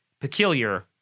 peculiar